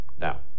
now